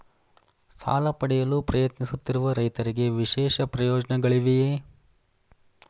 ಸಾಲ ಪಡೆಯಲು ಪ್ರಯತ್ನಿಸುತ್ತಿರುವ ರೈತರಿಗೆ ವಿಶೇಷ ಪ್ರಯೋಜನಗಳಿವೆಯೇ?